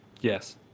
Yes